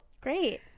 Great